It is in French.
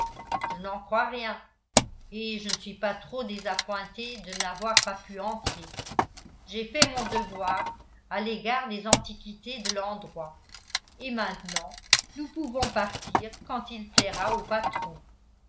je n'en crois rien et je ne suis pas trop désappointé de n'avoir pas pu entrer j'ai fait mon devoir à l'égard des antiquités de l'endroit et maintenant nous pouvons partir quand il plaira au patron